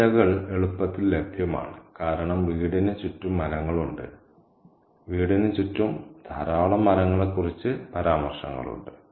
ഈ ഇലകൾ എളുപ്പത്തിൽ ലഭ്യമാണ് കാരണം വീടിന് ചുറ്റും മരങ്ങളുണ്ട് വീടിന് ചുറ്റും ധാരാളം മരങ്ങളെക്കുറിച്ച് പരാമർശങ്ങളുണ്ട്